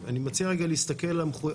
אצלכם בסך 223 מיליון שקלים.